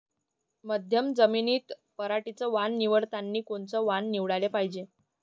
मध्यम जमीनीत पराटीचं वान निवडतानी कोनचं वान निवडाले पायजे?